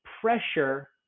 pressure